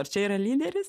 ar čia yra lyderis